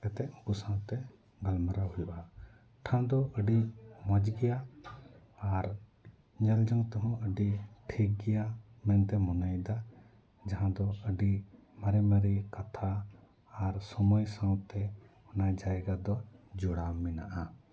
ᱠᱟᱛᱮᱫ ᱩᱱᱠᱩ ᱥᱟᱶᱛᱮ ᱜᱟᱞᱢᱟᱨᱟᱣ ᱦᱩᱭᱩᱜᱼᱟ ᱴᱷᱟᱶ ᱫᱚ ᱟᱹᱰᱤ ᱢᱚᱡᱽ ᱜᱮᱭᱟ ᱟᱨ ᱧᱮᱞ ᱡᱚᱝ ᱛᱮᱦᱚᱸ ᱟᱹᱰᱤ ᱴᱷᱤᱠ ᱜᱮᱭᱟ ᱢᱮᱱᱛᱮ ᱢᱚᱱᱮᱭᱮᱫᱟ ᱡᱟᱦᱟᱸ ᱫᱚ ᱟᱹᱰᱤ ᱢᱟᱨᱮ ᱢᱟᱨᱮ ᱠᱟᱛᱷᱟ ᱟᱨ ᱥᱳᱢᱳᱭ ᱥᱟᱶᱛᱮ ᱚᱱᱟ ᱡᱟᱭᱜᱟ ᱫᱚ ᱡᱚᱲᱟᱣ ᱢᱮᱱᱟᱜᱼᱟ